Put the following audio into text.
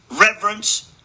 reverence